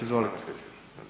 Izvolite.